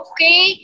Okay